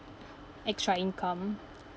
extra income